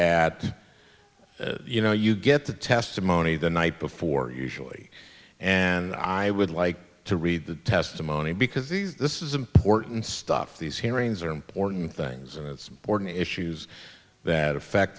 at you know you get the testimony the night before usually and i would like to read the testimony because these this is important stuff these hearings are important things and it's important issues that affect